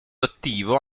attivo